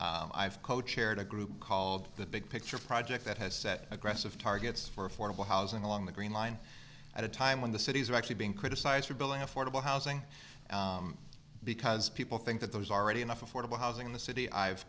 i've co chaired a group called the big picture project that has set aggressive targets for affordable housing along the green line at a time when the cities are actually being criticized for billing affordable housing because people think that there's already enough affordable housing in the city i've